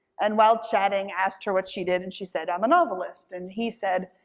and while chatting, asked her what she did, and she said, i'm a novelist. and he said,